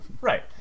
right